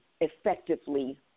effectively